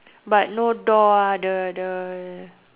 but no door ah the the